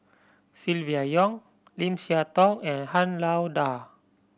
Silvia Yong Lim Siah Tong and Han Lao Da